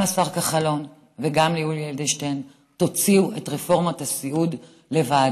גם לשר כחלון וגם ליולי אדלשטיין: תוציאו את רפורמת הסיעוד לוועדה.